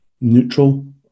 neutral